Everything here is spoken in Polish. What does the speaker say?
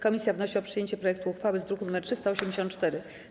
Komisja wnosi o przyjęcie projektu uchwały z druku nr 384.